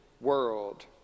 world